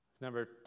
Number